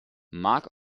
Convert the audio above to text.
mark